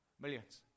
Millions